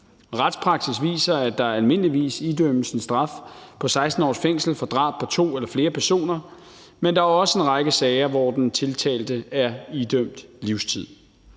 Retspraksis viser, at der almindeligvis idømmes en straf på 16 års fængsel for drab på to eller flere personer, men der er også en række sager, hvor den tiltalte er idømt livstid.